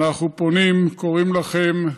אנחנו פונים וקוראים לכם: